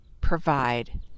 provide